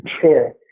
Sure